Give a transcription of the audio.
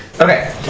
Okay